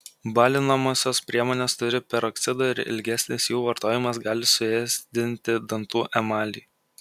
balinamosios priemonės turi peroksido ir ilgesnis jų vartojimas gali suėsdinti dantų emalį